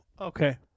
Okay